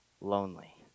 lonely